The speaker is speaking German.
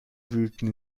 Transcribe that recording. wühlten